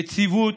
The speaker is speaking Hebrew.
יציבות,